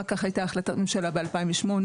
אחר כך הייתה החלטת ממשלה ב-2008,